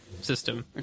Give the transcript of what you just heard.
system